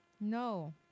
no